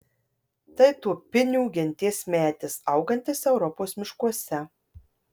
tai tuopinių genties medis augantis europos miškuose